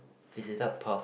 visited Perth